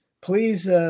please